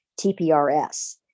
TPRS